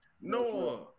Noah